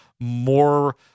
more